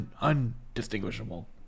undistinguishable